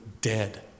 dead